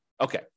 Okay